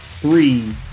three